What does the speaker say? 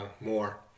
more